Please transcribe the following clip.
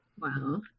Wow